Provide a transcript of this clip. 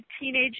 teenage